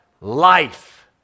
life